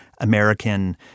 American